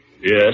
Yes